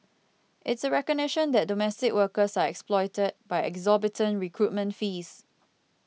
it's a recognition that domestic workers are exploited by exorbitant recruitment fees